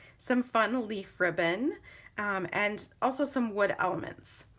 some fun leaf ribbon and also some wood elements.